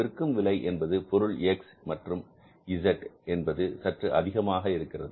விற்கும் விலை என்பது பொருள் X மற்றும் Z என்பது சற்று அதிகமாக இருக்கிறது